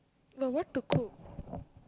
but what to cook